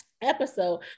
episode